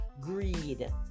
Greed